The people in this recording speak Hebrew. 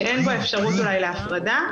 שאין בו אפשרות להפרדה.